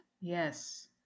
Yes